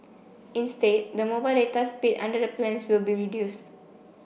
instead the mobile data speed under the plans will be reduced